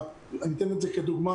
אני אתן את זה כדוגמה,